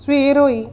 ਸਵੇਰ ਹੋਈ